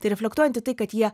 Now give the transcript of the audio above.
tai reflektuojant į tai kad jie